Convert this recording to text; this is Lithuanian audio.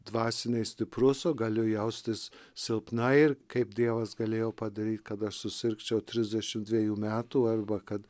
dvasiniai stiprus o galiu jaustis silpnai ir kaip dievas galėjo padaryt kad aš susirgčiau trisdešim dvejų metų arba kad